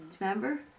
remember